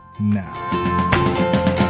now